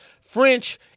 French